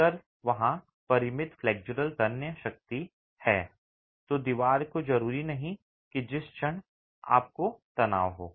अगर वहाँ परिमित फ्लेक्सुरल तन्य शक्ति है तो दीवार को जरूरी नहीं कि जिस क्षण आपको तनाव हो